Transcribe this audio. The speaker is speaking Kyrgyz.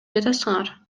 жатасыңар